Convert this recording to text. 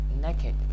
naked